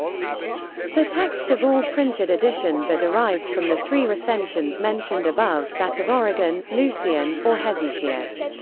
the texts of all printed editions are derived from the three recensions mentioned above, that of origen, lucian, or hesychius.